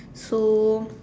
so